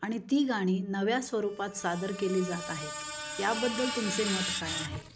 आणि ती गाणी नव्या स्वरूपात सादर केली जात आहेत याबद्दल तुमचे मत काय आहे